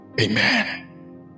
Amen